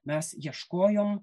mes ieškojom